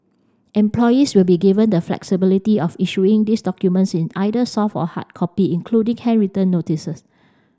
employers will be given the flexibility of issuing these documents in either soft or hard copy including handwritten notices